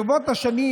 ברבות השנים,